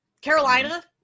Carolina